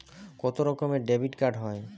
কত রকমের ডেবিটকার্ড হয়?